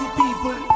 people